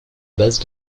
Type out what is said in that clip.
base